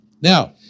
Now